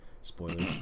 spoilers